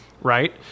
right